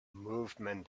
movement